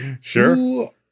Sure